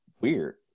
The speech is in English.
weird